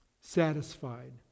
satisfied